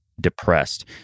depressed